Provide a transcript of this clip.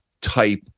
type